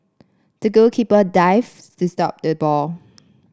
the goalkeeper dived to stop the ball